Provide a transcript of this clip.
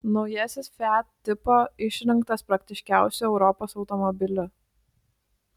naujasis fiat tipo išrinktas praktiškiausiu europos automobiliu